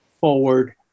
forward